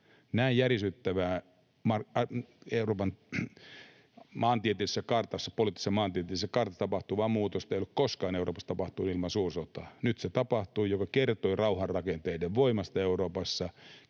kartassa, poliittisessa maantieteellisessä kartassa tapahtuvaa muutosta ei ollut koskaan Euroopassa tapahtunut ilman suursotaa. Nyt se tapahtui, mikä kertoi rauhan rakenteiden voimasta Euroopassa,